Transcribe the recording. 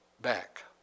back